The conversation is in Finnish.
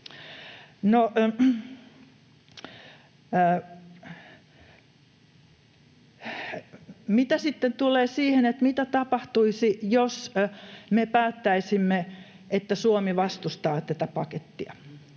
Mitä sitten tulee siihen, mitä tapahtuisi, jos me päättäisimme, että Suomi vastustaa tätä pakettia: